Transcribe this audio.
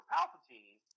Palpatine